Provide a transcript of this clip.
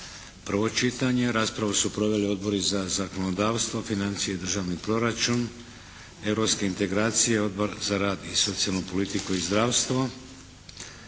prvo čitanje. Raspravu su proveli Odbori za zakonodavstvo, financije i državni proračun, europske integracije, Odbor za rad i socijalnu politiku i zdravstvo.